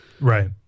Right